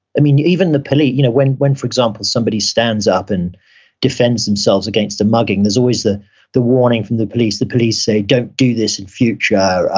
i mean, even the police, you know when when for example, somebody stands up and defend themselves against a mugging, there's always the the warning from the police, the police say, don't do this in future,